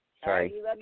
Sorry